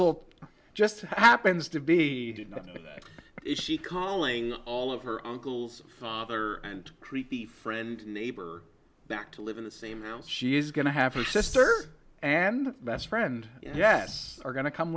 little just happens to be that if she calling all of her uncles father and creepy friend neighbor back to live in the same house she is going to have a sister and best friend yes are going to come